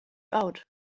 out